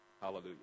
Hallelujah